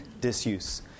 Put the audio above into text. disuse